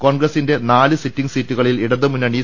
കോൺഗ്രസ്റ്റിന്റെ നാല് സിറ്റിംഗ് സീറ്റുകളിൽ ഇടതുമുന്നണി സി